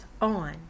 on